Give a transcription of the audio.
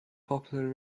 popular